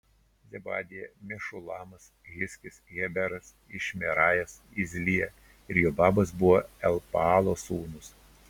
zebadija mešulamas hizkis heberas išmerajas izlija ir jobabas buvo elpaalo sūnūs